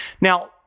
Now